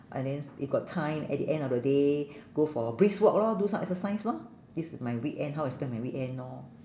and then s~ if got time at the end of the day go for brisk walk lor do some exercise lor this is my weekend how I spent my weekend lor